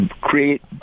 create